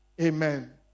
Amen